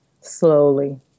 Slowly